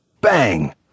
Bang